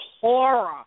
horror